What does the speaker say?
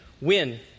win